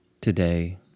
today